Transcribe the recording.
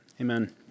Amen